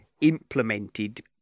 implemented